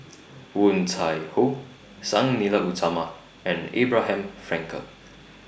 Woon Tai Ho Sang Nila Utama and Abraham Frankel